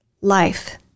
Life